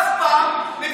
אף פעם,